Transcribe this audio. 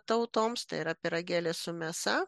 tautoms tai yra pyragėlis su mėsa